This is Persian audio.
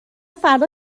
فردا